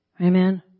Amen